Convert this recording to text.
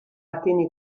atene